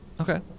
okay